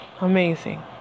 Amazing